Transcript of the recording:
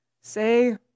say